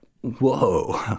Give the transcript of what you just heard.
whoa